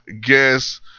guess